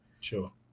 Sure